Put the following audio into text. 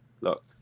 look